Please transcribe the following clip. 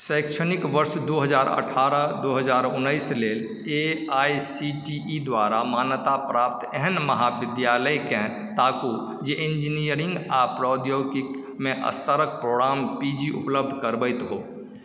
शैक्षणिक वर्ष दू हजार अठारह दू हजार उन्नैस लेल A I C T E द्वारा मान्यताप्राप्त एहन महाविद्यालयकेँ ताकू जे इंजीनियरिंग आ प्रौद्योगिकमे स्तरक प्रोग्राम पी जी उपलब्ध करबैत हो